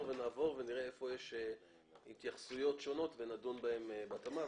ונראה היכן יש התייחסויות שונות ונדון בהן בהתאמה.